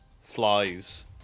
flies